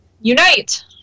unite